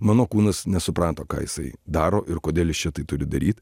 mano kūnas nesuprato ką jisai daro ir kodėl jis čia tai turi daryt